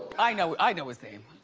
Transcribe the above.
i know i know his name.